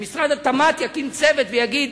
שמשרד התמ"ת יקים צוות ויגיד: